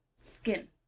skin